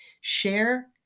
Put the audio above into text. Share